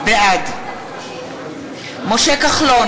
בעד משה כחלון,